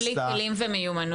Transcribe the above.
בלי כלים ומיומנויות.